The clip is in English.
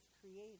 created